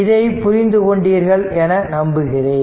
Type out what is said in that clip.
இதை புரிந்து கொண்டீர்கள் என நம்புகிறேன்